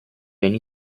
ogni